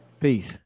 Peace